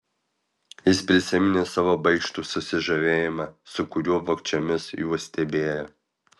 jis prisiminė savo baikštų susižavėjimą su kuriuo vogčiomis juos stebėjo